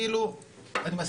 מכיר את זה שיקי, אני בטוח.